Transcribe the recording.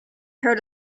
heard